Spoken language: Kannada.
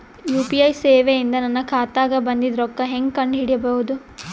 ಯು.ಪಿ.ಐ ಸೇವೆ ಇಂದ ನನ್ನ ಖಾತಾಗ ಬಂದಿದ್ದ ರೊಕ್ಕ ಹೆಂಗ್ ಕಂಡ ಹಿಡಿಸಬಹುದು?